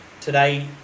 Today